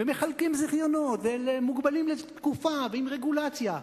ומחלקים זיכיונות, ומוגבלים לתקופה, ועם רגולציה.